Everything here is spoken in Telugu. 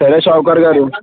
సరే షావుకార్ గారు